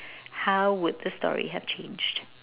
how would the story have changed